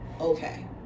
Okay